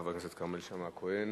חבר הכנסת כרמל שאמה-הכהן.